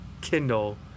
kindle